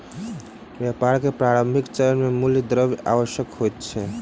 व्यापार के प्रारंभिक चरण मे मूल द्रव्य आवश्यक होइत अछि